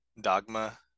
dogma